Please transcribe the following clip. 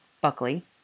Buckley—